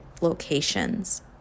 locations